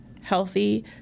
healthy